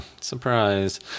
surprise